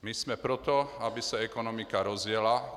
My jsme pro to, aby se ekonomika rozjela.